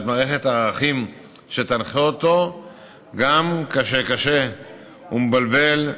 מערכת ערכים שתנחה אותו גם כאשר קשה ומבלבל,